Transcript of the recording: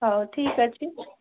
ହେଉ ଠିକ ଅଛି